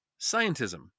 scientism